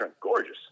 Gorgeous